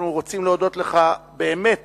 אנחנו רוצים להודות לך באמת